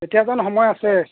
এতিয়া জানো সময় আছে